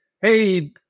hey